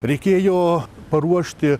reikėjo paruošti